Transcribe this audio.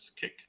kick